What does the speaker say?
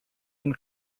and